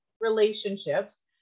relationships